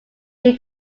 will